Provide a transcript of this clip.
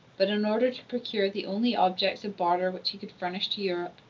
but in order to procure the only objects of barter which he could furnish to europe.